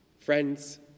Friends